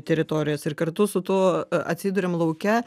teritorijas ir kartu su tuo atsiduriam lauke